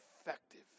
effective